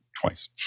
twice